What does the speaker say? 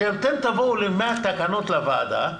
כשאתם תבואו עם 100 תקנות לוועדה,